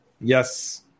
Yes